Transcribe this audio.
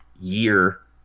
year